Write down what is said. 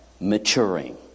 maturing